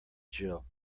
jill